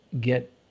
get